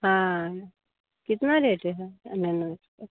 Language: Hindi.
हाँ कितना रेट है अनारस का